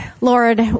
Lord